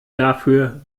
dafür